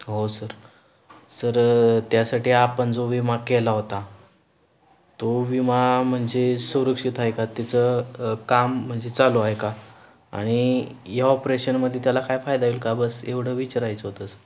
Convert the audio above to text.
हो sir sir त्यासाठी आपण जो विमा केला होता तो विमा म्हणजे सुरक्षित आहे का तिचं काम म्हणजे चालू आहे का आणि या ऑपरेशनमध्ये त्याला काय फायदा येईल का बस एवढं विचारायचं होतं सर